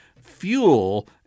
fuel